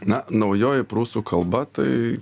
na naujoji prūsų kalba tai